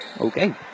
okay